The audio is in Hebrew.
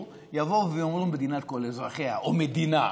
יבואו ויאמרו: מדינת כל אזרחיה או מדינה,